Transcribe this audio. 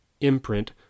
imprint